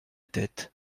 tête